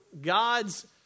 God's